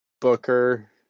Booker